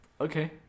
Okay